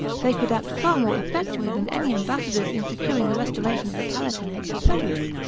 they could act far more effectually than any embassadors in securing the restoration of the palatinate to frederic.